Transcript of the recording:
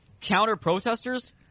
Counter-protesters